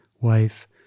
wife